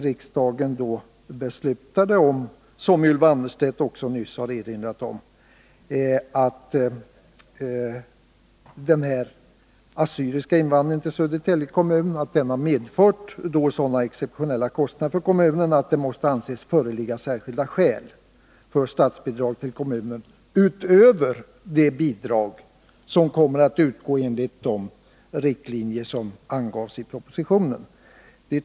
Riksdagen har, vilket Ylva Annerstedt nyss har erinrat om, uttalat att den assyrianska invandringen till Södertälje kommun har medfört sådana exceptionella kostnader för kommunen att det måste anses föreligga särskilda skäl för statsbidrag till kommunen utöver de bidrag som kommer att utgå enligt de riktlinjer som angavs i propositionen.